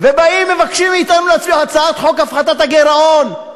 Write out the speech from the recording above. ובאים ומבקשים מאתנו להציע הצעת חוק הפחתת הגירעון.